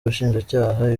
ubushinjacyaha